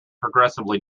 progressively